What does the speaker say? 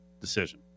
decision